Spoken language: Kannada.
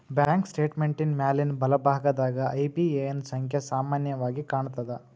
ಬ್ಯಾಂಕ್ ಸ್ಟೇಟ್ಮೆಂಟಿನ್ ಮ್ಯಾಲಿನ್ ಬಲಭಾಗದಾಗ ಐ.ಬಿ.ಎ.ಎನ್ ಸಂಖ್ಯಾ ಸಾಮಾನ್ಯವಾಗಿ ಕಾಣ್ತದ